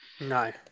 No